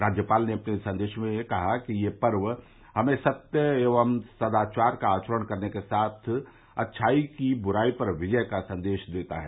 राज्यपाल ने अपने सन्देश में कहा कि यह पर्व हमें सत्य एवं सदाचार का आचरण करने के साथ अच्छाई की बुराई पर विजय का सन्देश देते हैं